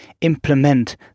implement